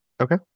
Okay